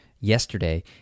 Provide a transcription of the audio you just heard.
yesterday